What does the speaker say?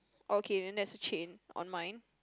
okay then that's a chain on mine